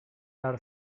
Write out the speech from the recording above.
dar